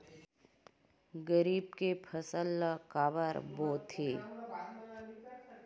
रबी के फसल ला काबर बोथे?